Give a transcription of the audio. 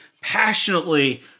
passionately